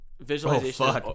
visualization